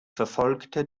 verfolgte